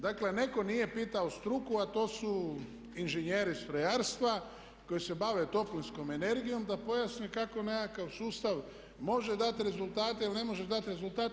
Dakle, netko nije pitao struku, a to su inženjeri strojarstva koji se bave toplinskom energijom, da pojasne kako im nekakav sustav može dati rezultate ili ne može dati rezultati.